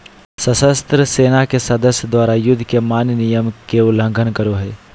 सशस्त्र सेना के सदस्य द्वारा, युद्ध के मान्य नियम के उल्लंघन करो हइ